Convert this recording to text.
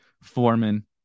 Foreman